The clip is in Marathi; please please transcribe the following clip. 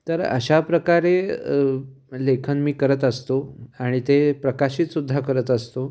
तर अशा प्रकारे लेखन मी करत असतो आणि ते प्रकाशितसुद्धा करत असतो